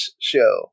show